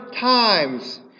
times